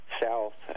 south